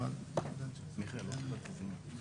אנחנו נשמח לשמוע את ד"ר גיל פרואקטור,